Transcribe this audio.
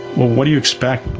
well what do you expect?